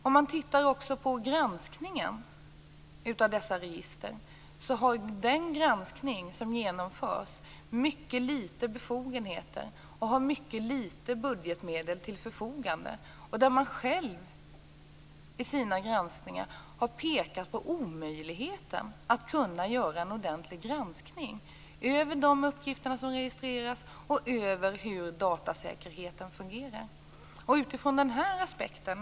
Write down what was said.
Om man också tittar på granskningen av dessa register har de som utför den mycket små befogenheter och mycket små budgetmedel till sitt förfogande, och de har pekat på omöjligheten att göra en ordentlig granskning av de uppgifter som registreras och av hur datasäkerheten fungerar.